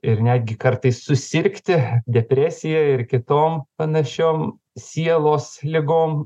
ir netgi kartais susirgti depresija ir kitom panašiom sielos ligom